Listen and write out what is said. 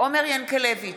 עומר ינקלביץ'